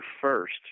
first